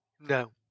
No